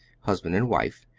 husband and wife,